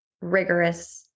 rigorous